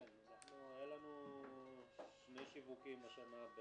היו לנו שני שיווקים השנה,